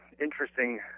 interesting